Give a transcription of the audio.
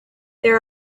there